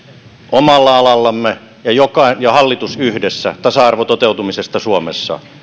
omalla alallaan ja hallitus yhdessä tasa arvon toteutumisesta suomessa